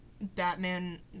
Batman